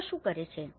તેઓ શું કરે છે